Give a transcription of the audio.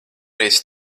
reiz